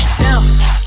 down